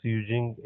using